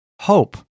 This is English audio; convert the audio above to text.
hope